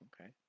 okay